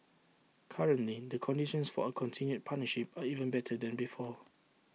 currently the conditions for A continued partnership are even better than before